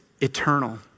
eternal